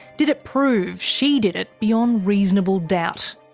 did it prove she did it beyond reasonable doubt?